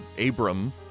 Abram